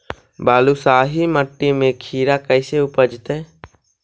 बालुसाहि मट्टी में खिरा कैसे उपजतै?